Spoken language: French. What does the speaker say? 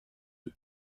eux